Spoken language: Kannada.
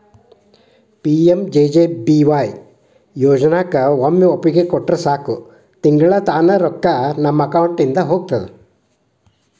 ಪಿ.ಮ್.ಜೆ.ಜೆ.ಬಿ.ವಾಯ್ ಯೋಜನಾಕ ಒಮ್ಮೆ ಒಪ್ಪಿಗೆ ಕೊಟ್ರ ಸಾಕು ತಿಂಗಳಾ ತಾನ ರೊಕ್ಕಾ ನಮ್ಮ ಅಕೌಂಟಿದ ಹೋಗ್ತದ